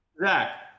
Zach